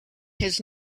his